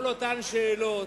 כל אותן שאלות,